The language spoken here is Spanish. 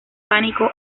pánico